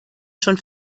schon